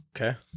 Okay